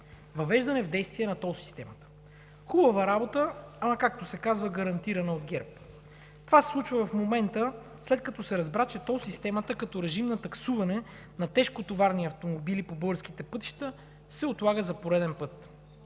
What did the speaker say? въвеждане в действие на тол системата. Хубава работа, ама, както се казва, гарантирана от ГЕРБ. Това се случва в момента, след като се разбра, че тол системата, като режим на таксуване на тежкотоварни автомобили по българските пътища, се отлага за пореден път.